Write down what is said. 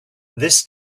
this